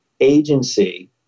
agency